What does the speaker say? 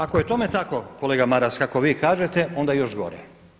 Ako je tome tako kolega Maras kako vi kažete onda još gore.